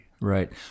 Right